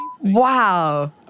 Wow